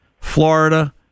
Florida